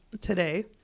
today